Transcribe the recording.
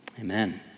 Amen